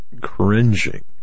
cringing